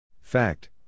Fact